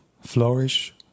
flourish